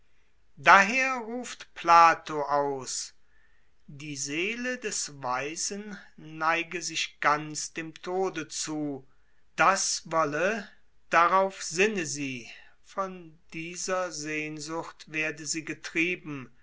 daher ruft plato aus die seele des weisen neige sich ganz dem tode zu das wolle darauf sinne sie von dieser sehnsucht werde sie getrieben